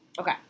Okay